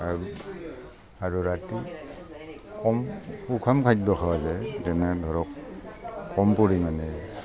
আৰু ৰাতি কম সুষম খাদ্য খোৱা যায় যেনে ধৰক কম পৰিমাণে